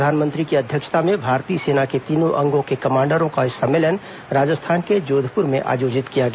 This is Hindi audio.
प्रधानमंत्री की अध्यक्षता में भारतीय सेना के तीनों अंगों के कमांडरों का सम्मेलन राजस्थान के जोधपुर में आयोजित किया गया